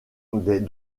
des